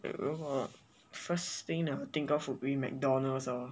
如果 first thing that I will think of is mcdonald's lor